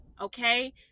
Okay